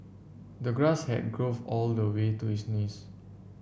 the grass had growth all the way to his knees